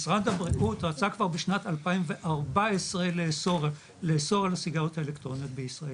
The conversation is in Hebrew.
משרד הבריאות רצה כבר משנת 2014 לאסור על הסיגריות האלקטרוניות בישראל,